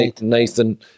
Nathan